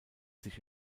sich